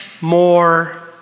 more